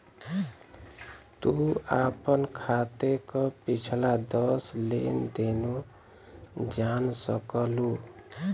तू आपन खाते क पिछला दस लेन देनो जान सकलू